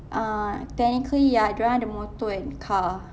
err technically ya dia orang ada motor and car